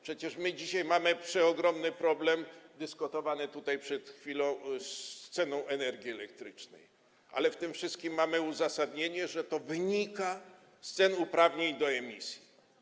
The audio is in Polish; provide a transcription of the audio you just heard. Przecież mamy dzisiaj przeogromny problem, dyskutowany tutaj przed chwilą, z ceną energii elektrycznej, ale w tym wszystkim mamy uzasadnienie, że to wynika z cen uprawnień do emisji.